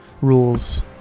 rules